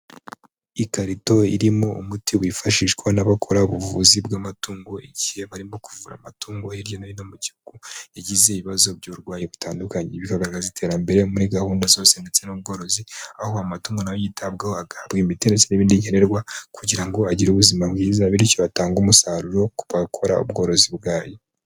Ikarito irimo umuti wifashishwa n'abakora ubuvuzi bw'amatungo igihe barimo kuvura amatungo hirya no hino mu gihugu, yagize ibibazo by'uburwayi butandukanye bigaragaza iterambere muri gahunda zose ndetse n'ubworozi , aho amatungo nayo yitabwaho agahabwa imiterere n'ibindi nkenenerwa kugira ngo agire ubuzima bwiza bityo batange umusaruro ku bakora ubworozi bwayo.